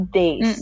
days